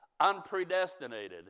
unpredestinated